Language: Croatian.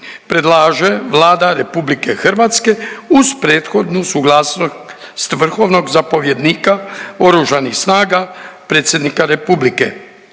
predlaže Vlada RH uz prethodnu suglasnost vrhovnog zapovjednika oružanih snaga predsjednika Republike